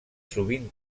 sovint